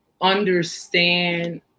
understand